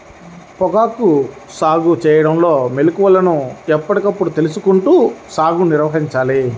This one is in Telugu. పొగాకు సాగు చేయడంలో మెళుకువలను ఎప్పటికప్పుడు తెలుసుకుంటూ సాగుని నిర్వహించాలి